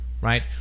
Right